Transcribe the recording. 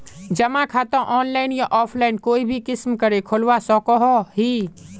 जमा खाता ऑनलाइन या ऑफलाइन कोई भी किसम करे खोलवा सकोहो ही?